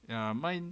ya mine